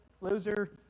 loser